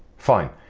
fine,